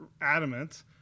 adamant